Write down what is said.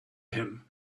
him